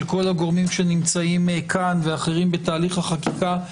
כל הנוכחים כאן ואחרים בתהליך החקיקה,